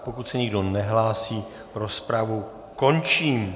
Pokud se nikdo nehlásí, rozpravu končím.